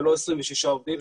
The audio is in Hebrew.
ולא 26 עובדים,